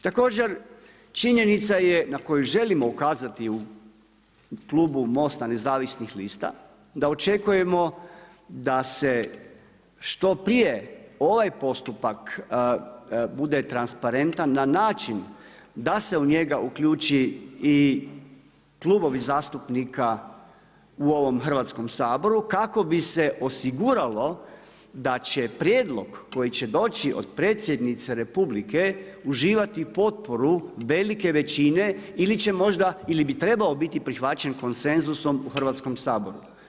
Također činjenica je na koju želimo ukazati u klubu MOST-a nezavisnih lista da očekujemo da se što prije ovaj postupak bude transparentan na način da se u njega uključe i klubovi zastupnika u ovom Hrvatskom saboru kako bi se osiguralo da će prijedlog koji će doći od Predsjednice Republike uživati potporu velike većine ili će možda ili bi trebao biti prihvaćen konsenzusom u Hrvatskom saboru.